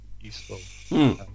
useful